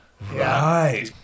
Right